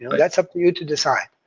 that's up to you to decide.